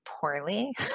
poorly